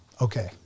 okay